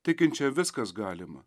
tikinčiam viskas galima